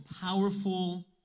powerful